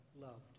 loved